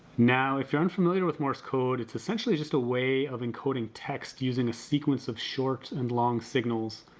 now, if you're unfamiliar with morse code, it's essentially just a way of encoding text using a sequence of shorts and long signals,